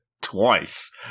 twice